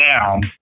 down